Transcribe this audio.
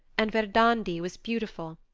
and verdandi was beautiful,